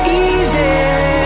easy